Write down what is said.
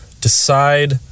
decide